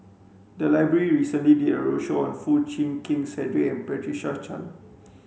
the library recently did a roadshow on Foo Chee Keng Cedric and Patricia Chan